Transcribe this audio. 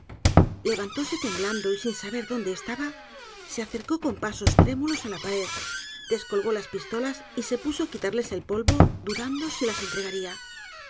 trueno levantóse temblando y sin saber dónde estaba se acercó con pasos trémulos á la pared descolgó las pistolas y se puso á quitarles el polvo dudando sí las entregaría